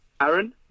Aaron